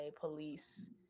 police